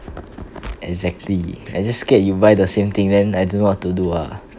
exactly I just scared you buy the same thing then I don't know what to do ah